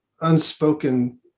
unspoken